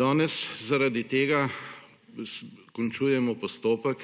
Danes zaradi tega končujemo postopek,